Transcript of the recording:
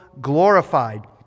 glorified